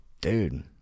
Dude